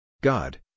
God